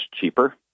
cheaper